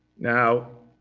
now